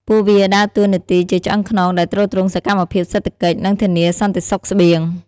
ពួកវាដើរតួនាទីជាឆ្អឹងខ្នងដែលទ្រទ្រង់សកម្មភាពសេដ្ឋកិច្ច និងធានាសន្តិសុខស្បៀង។